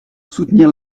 soutenir